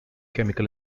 chemical